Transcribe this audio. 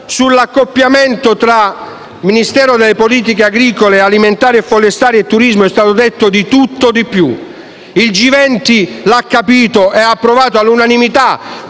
Sull'accorpamento tra Ministero delle politiche agricole, alimentari, forestali e turismo è stato detto di tutto e di più. Il G20 lo ha capito e ha approvato all'unanimità